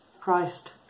Christ